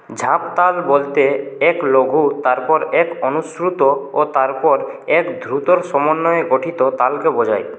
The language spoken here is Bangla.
ঝাঁপতাল বলতে এক লঘু তারপর এক অনুশ্রুত ও তারপর এক দ্রুতর সমন্বয়ে গঠিত তালকে বোঝায়